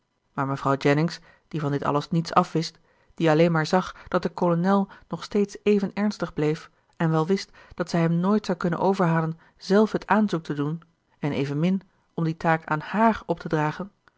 maar mevrouw jennings die van dit alles niets afwist die alleen maar zag dat de kolonel nog steeds even ernstig bleef en wel wist dat zij hem nooit zou kunnen overhalen zelf het aanzoek te doen en evenmin om die taak aan hààr op te dragen